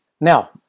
Now